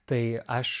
tai aš